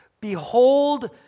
Behold